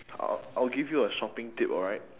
I'll I'll give you a shopping tip alright